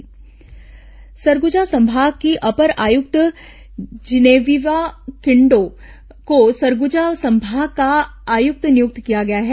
पदस्थापना सरगुजा संभाग की अपर आयुक्त जिनेविवा किन्डो को सरगुजा संभाग का आयुक्त नियुक्त किया गया है